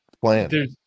plan